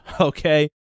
okay